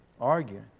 arguing